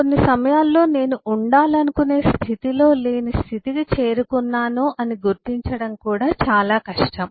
కొన్ని సమయాల్లో నేను ఉండాలనుకునే స్థితిలో లేని స్థితికి చేరుకున్నాను అని గుర్తించడం కూడా చాలా కష్టం